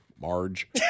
Marge